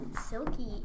Silky